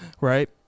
right